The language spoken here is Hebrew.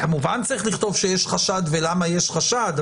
כמובן, צריך לכתוב שיש חשד ולמה יש חשד.